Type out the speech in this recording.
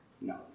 no